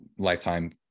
lifetime